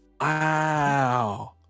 Wow